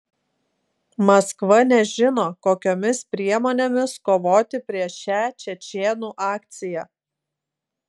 maskva nežino kokiomis priemonėmis kovoti prieš šią čečėnų akciją